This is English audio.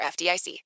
FDIC